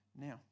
Now